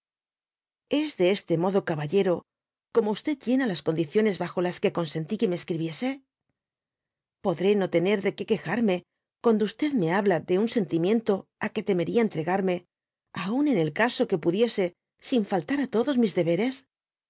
js de este modo caballero como llena las condiciones bajo las que consentí que me escribiese podré no tener de que quejarme cuando xd me babla de un sentimiento á que temería entregarme aun en el caso que pudiese sin faltar á todos mis deberes